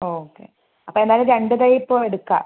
okay അപ്പം എന്തായാലും രണ്ട് തൈ ഇപ്പോൾ എടുക്കാം